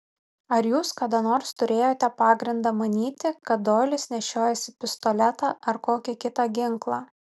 ar jūs kada nors turėjote pagrindą manyti kad doilis nešiojasi pistoletą ar kokį kitą ginklą